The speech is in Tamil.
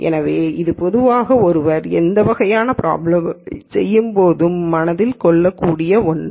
எனவே இது பொதுவாக ஒருவர் இந்த வகையான பிராப்ளம்களைச் செய்யும்பொழுது மனதில் கொள்ளக்கூடிய ஒன்று